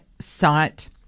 site